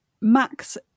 Max